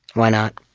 why not?